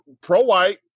pro-white